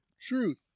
truth